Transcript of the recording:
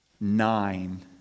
nine